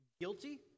guilty